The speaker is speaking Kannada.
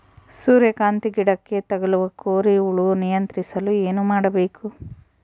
ಸೂರ್ಯಕಾಂತಿ ಗಿಡಕ್ಕೆ ತಗುಲುವ ಕೋರಿ ಹುಳು ನಿಯಂತ್ರಿಸಲು ಏನು ಮಾಡಬೇಕು?